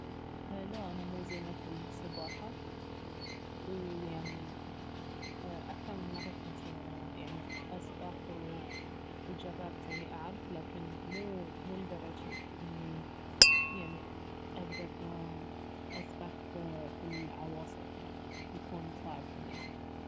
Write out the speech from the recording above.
لا انا مو زينة في السباحة ويعني اكثر من مرة كنت يعني اسبح وجربت يعني اعرف لكن مو مو لدرجة اني يعني اقدر اسبح في في العواصف يعني يكون صعب علي